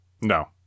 No